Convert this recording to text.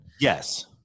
Yes